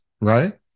right